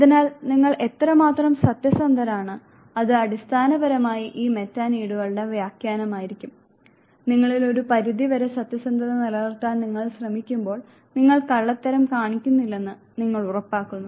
അതിനാൽ നിങ്ങൾ എത്രമാത്രം സത്യസന്ധരാണ് അത് അടിസ്ഥാനപരമായി ഈ മെറ്റാനീഡുകളുടെ വ്യാഖ്യാനമായിരിക്കും നിങ്ങളിൽ ഒരു പരിധിവരെ സത്യസന്ധത നിലനിർത്താൻ നിങ്ങൾ ശ്രമിക്കുമ്പോൾ നിങ്ങൾ കള്ളത്തരം കാണിക്കുന്നില്ലെന്ന് നിങ്ങൾ ഉറപ്പാക്കുന്നു